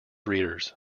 readers